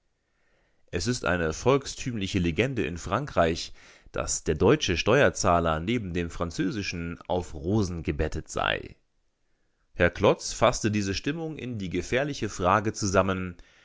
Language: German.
es ist eine volkstümliche legende in frankreich daß der deutsche steuerzahler neben dem französischen auf rosen gebettet sei herr klotz faßte diese stimmung in die gefährliche frage zusammen